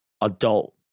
adult